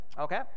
okay